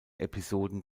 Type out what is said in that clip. episoden